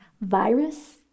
virus